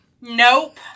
Nope